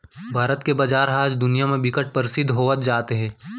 भारत के बजार ह आज दुनिया म बिकट परसिद्ध होवत जात हे